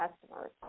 customers